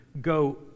go